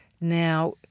Now